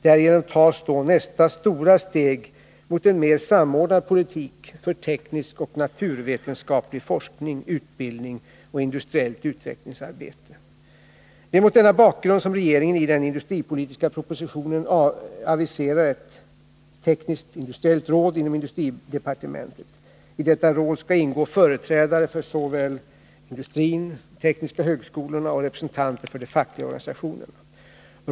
Därigenom tas då nästa stora steg mot en mer samordnad politik för teknisk och naturvetenskaplig forskning, utbildning och industriellt utvecklingsarbete. Det är mot denna bakgrund som regeringen i den industripolitiska propositionen aviserar ett tekniskt industriellt råd inom industridepartementet. I detta råd skallingå företrädare för såväl industrin och de tekniska högskolorna som de fackliga organisationerna.